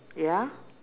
ya